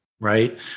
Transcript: right